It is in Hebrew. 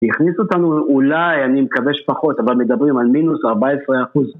יכניסו אותנו, אולי, אני מקווה שפחות, אבל מדברים על מינוס 14%.